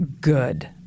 good